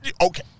Okay